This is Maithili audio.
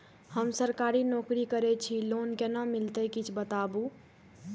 हम सरकारी नौकरी करै छी लोन केना मिलते कीछ बताबु?